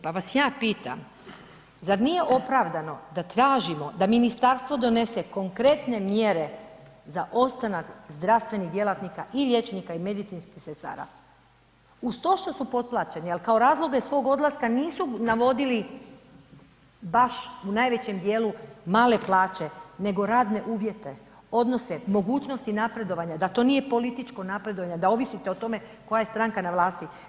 Pa vas ja pitam zar nije opravdano da tražimo da ministarstvo donese konkretne mjere za ostanak zdravstvenih djelatnika i liječnika i medicinskih sestara uz to što su potplaćeni, ali kao razloge svog odlaska nisu navodili baš u najvećem dijelu male plaće nego radne uvjete, odnose, mogućnosti napredovanja da to nije političko napredovanje, da ovisite o tome koja je stranka na vlasti.